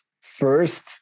First